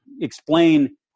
explain